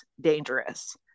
dangerous